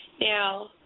Now